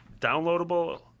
Downloadable